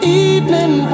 evening